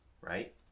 Right